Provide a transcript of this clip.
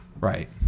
Right